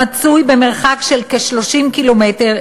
במרחק כ-30 קילומטרים,